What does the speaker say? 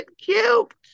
cute